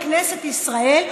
בכנסת ישראל,